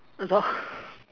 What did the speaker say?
a dog